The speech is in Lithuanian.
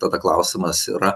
tada klausimas yra